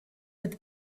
that